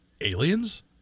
Aliens